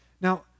Now